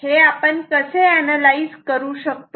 हे आपण कसे अनालाइज करू शकतो